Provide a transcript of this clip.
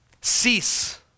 cease